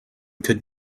could